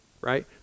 right